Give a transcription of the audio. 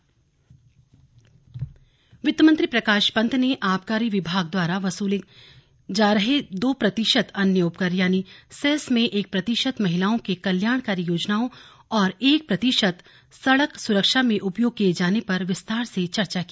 slug वित्त मंत्री बैठक वित्त मंत्री प्रकाश पंत ने आबकारी विभाग द्वारा वसूले जा रहे दो प्रतिशत अन्य उपकर यानि सेस में एक प्रतिशत महिलाओं के कल्याणकारी योजनाओं और एक प्रतिशत सड़क सुरक्षा में उपयोग किये जाने पर विस्तार से चर्चा की